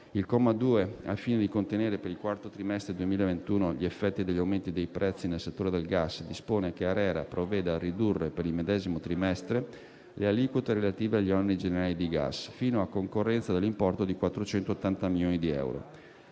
Il comma 2, al fine di contenere per il quarto trimestre 2021 gli effetti degli aumenti dei prezzi nel settore del gas, dispone che ARERA provveda a ridurre per il medesimo trimestre le aliquote relative agli oneri generali di gas, fino a concorrenza dell'importo di 480 milioni di euro.